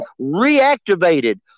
reactivated